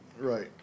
Right